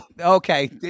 Okay